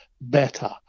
better